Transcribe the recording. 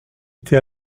était